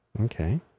Okay